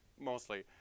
mostly